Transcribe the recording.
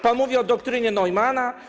Pan mówi o doktrynie Neumanna?